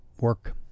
work